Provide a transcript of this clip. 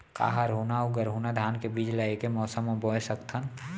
का हरहुना अऊ गरहुना धान के बीज ला ऐके मौसम मा बोए सकथन?